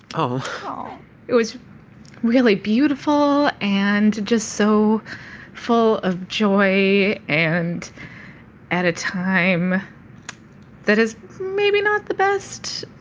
but it was really beautiful and just so full of joy and at a time that is maybe not the best